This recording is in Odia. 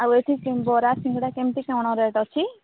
ଆଉ ଏଠି ବରା ସିଙ୍ଗଡ଼ା କେମିତି କଣ ରେଟ୍ ଅଛି